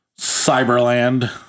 Cyberland